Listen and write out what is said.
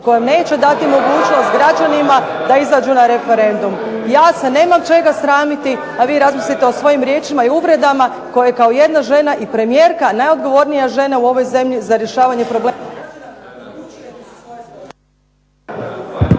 koja neće dati mogućnost građanima da izađu na referendum. Ja se nemam čega sramiti, a vi razmislite o svojim riječima i uvredama koje kao jedna žena i premijerka, najodgovornija žena u ovoj zemlji za rješavanje problema